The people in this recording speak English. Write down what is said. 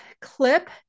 clip